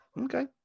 Okay